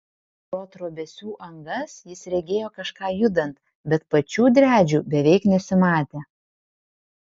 pro trobesių angas jis regėjo kažką judant bet pačių driadžių beveik nesimatė